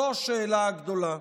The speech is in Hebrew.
זאת השאלה הגדולה.